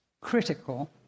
critical